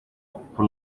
uko